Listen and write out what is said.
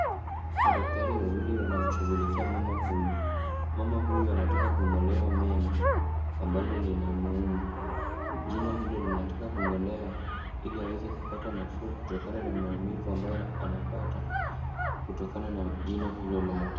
Madaktari wawili wanamshughulikia mama huyu. Mama huyu anataka kung'olewa meno ambalo linamuuma. Jino hilo linataka kung'olewa ili weze kupate nafuu kutokana na maumivu ambayo anapata kutokana na jino hilo lake.